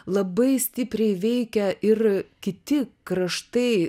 labai stipriai veikia ir kiti kraštai